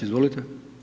Izvolite.